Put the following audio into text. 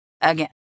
again